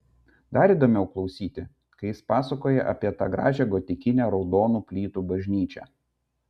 dar įdomiau klausyti kai jis pasakoja apie tą gražią gotikinę raudonų plytų bažnyčią